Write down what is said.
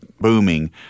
Booming